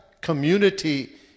community